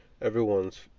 everyone's